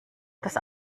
das